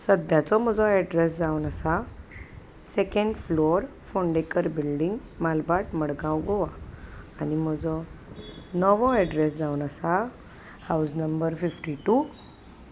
सद्यांचो म्हजो एड्रेस जावन आसा second floor Fondekar building Malbhat Margao Goa आनी म्हजो नवो एड्रेस जावन आसा हावज नंबर फिफ्टी टू